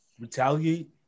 retaliate